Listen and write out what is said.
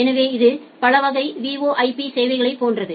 எனவே இது பல வகை VoIP சேவைகளைப் போன்றது